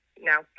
now